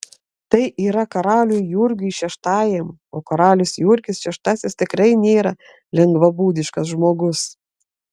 tai yra karaliui jurgiui šeštajam o karalius jurgis šeštasis tikrai nėra lengvabūdiškas žmogus